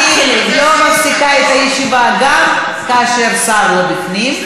אני לא מפסיקה את הישיבה גם כאשר אין שר בפנים.